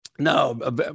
No